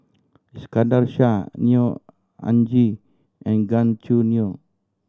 Iskandar Shah Neo Anngee and Gan Choo Neo